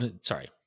Sorry